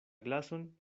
glason